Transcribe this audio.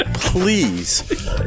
Please